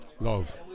Love